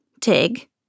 Tig